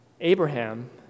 Abraham